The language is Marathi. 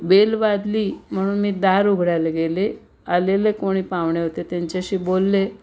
बेल वाजली म्हणून मी दार उघडायला गेले आलेले कोणी पाहुणे होते त्यांच्याशी बोलले